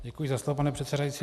Děkuji za slovo, pane předsedající.